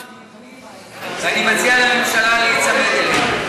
התשובה חיובית, ואני מציע לממשלה להיצמד אליהם.